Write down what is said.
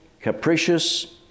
capricious